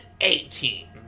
Eighteen